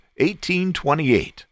1828